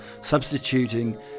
substituting